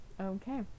Okay